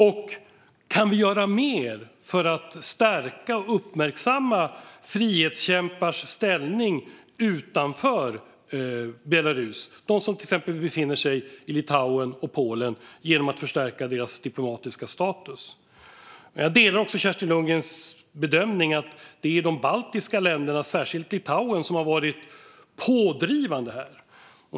Och: Kan vi göra mer för att stärka och uppmärksamma frihetskämparnas ställning utanför Belarus, till exempel de som befinner sig i Litauen och Polen, genom att förstärka deras diplomatiska status? Jag delar Kerstin Lundgrens bedömning att det är de baltiska länderna, särskilt Litauen, som har varit pådrivande här.